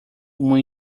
uma